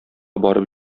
барып